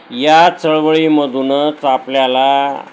या चळवळीमधूनच आपल्याला